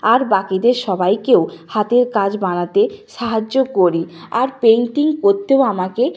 আর বাকিদের সবাইকেও হাতের কাজ বানাতে সাহায্য করি আর পেন্টিং করতেও আমাকে